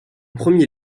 premier